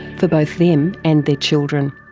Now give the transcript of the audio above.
for both them and their children.